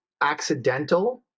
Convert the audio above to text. accidental